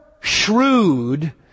shrewd